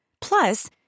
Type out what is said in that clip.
plus